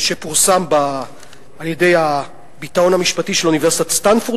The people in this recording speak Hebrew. שפורסם על-ידי הביטאון המשפטי של אוניברסיטת סטנפורד,